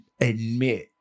admit